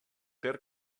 ter